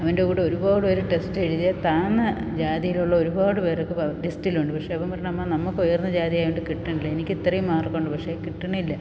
അവൻ്റെ കൂടെ ഒരുപാട് പേര് ടെസ്റ്റ് എഴുതിയ താഴ്ന്ന ജാതിയിലുള്ള ഒരുപാട് പേർക്ക് ലിസ്റ്റിലുണ്ട് പക്ഷെ അവൻ പറയണ് അമ്മാ നമുക്ക് ഉയർന്ന ജാതി ആയത് കൊണ്ട് കിട്ടണില്ല എനിക്ക് ഇത്രയും മാർക്കുണ്ട് പക്ഷെ കിട്ടണില്ല